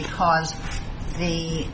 because the